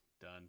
done